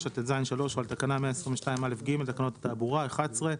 39טז(3) או על תקנה 122א(ג) לתקנות התעבורה, (11)